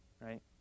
right